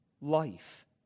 life